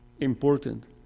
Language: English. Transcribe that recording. Important